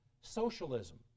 socialism